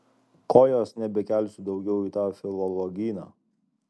kojos nebekelsiu daugiau į tą filologyną